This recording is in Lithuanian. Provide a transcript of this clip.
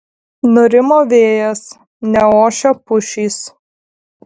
nurimo vėjas neošia pušys